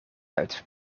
uit